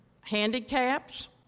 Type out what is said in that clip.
handicaps